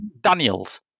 Daniels